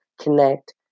connect